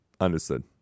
Understood